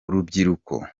urubyiruko